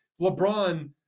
LeBron